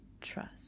trust